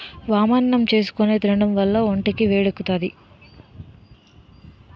వామన్నం చేసుకుని తినడం వల్ల ఒంటికి వేడెక్కుతాది